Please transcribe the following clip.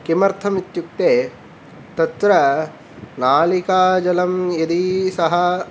किमर्थम् इत्युक्ते तत्र नालिकाजलं यदि सः